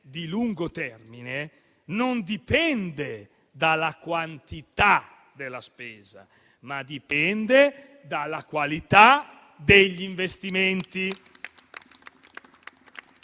di lungo termine non dipende dalla quantità della spesa, ma dalla qualità degli investimenti